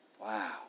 Wow